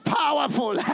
powerful